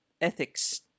ethics